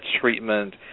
treatment